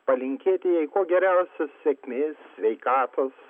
palinkėti jai kuo geriausios sėkmės sveikatos